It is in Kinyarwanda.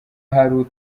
hari